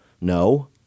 No